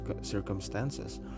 circumstances